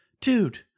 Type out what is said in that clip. dude